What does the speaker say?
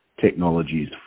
technologies